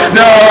no